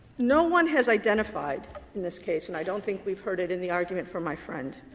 no one has identified in this case, and i don't think we've heard it in the argument from my friend,